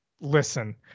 listen